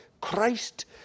Christ